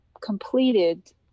completed